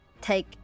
take